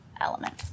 Element